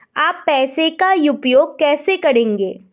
आप पैसे का उपयोग कैसे करेंगे?